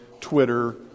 Twitter